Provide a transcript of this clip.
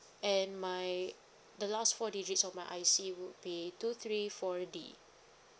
and my the last four digits of my I_C would be two three four D